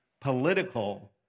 political